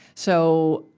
so,